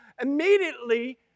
immediately